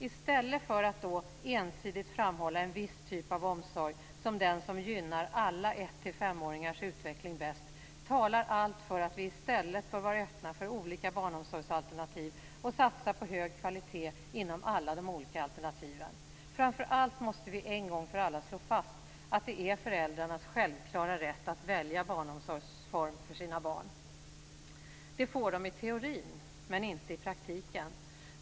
I stället för att ensidigt framhålla en viss typ av omsorg som den som gynnar alla 1-5-åringars utveckling bäst talar allt för att vi i stället bör vara öppna för olika barnomsorgsalternativ och satsa på hög kvalitet inom alla de olika alternativen. Framför allt måste vi en gång för alla slå fast att det är föräldrarnas självklara rätt att välja barnomsorgsform för sina barn. De får det i teorin men inte i praktiken.